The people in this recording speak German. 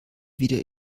wieder